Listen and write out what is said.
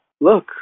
look